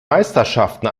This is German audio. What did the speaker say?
meisterschaften